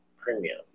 premium